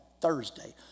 Thursday